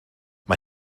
mae